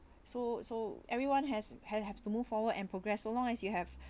so so everyone has had have to move forward and progress so long as you have